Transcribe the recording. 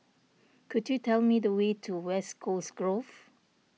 could you tell me the way to West Coast Grove